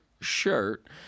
shirt